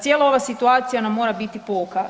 Cijela ova situacija nam mora biti pouka.